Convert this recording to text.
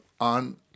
on